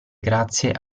grazie